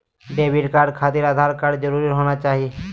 Debit card खातिर Aadhaar card जरूरी होना चाहिए?